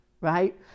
right